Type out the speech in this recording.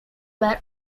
were